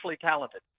talented